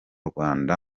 rwanda